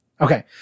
Okay